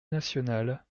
nationale